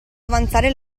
avanzare